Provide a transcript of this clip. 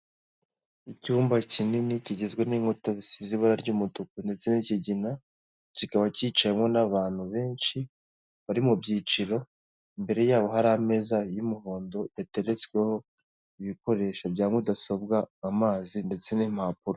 Icyumba kinini kigizwe n'inkuta zisize ibara ry'umutuku ndetse n'ikigina, kikaba kicaemo n'abantu benshi bari mu byiciro, imbere yabo hari ameza y'umuhondo yateretsweho ibikoresho bya mudasobwa, amazi ndetse n'impapuro.